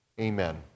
amen